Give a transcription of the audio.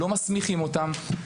לא מסמיכים אותם.